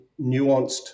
nuanced